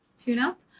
tune-up